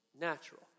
natural